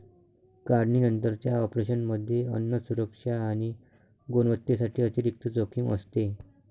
काढणीनंतरच्या ऑपरेशनमध्ये अन्न सुरक्षा आणि गुणवत्तेसाठी अतिरिक्त जोखीम असते